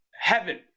heaven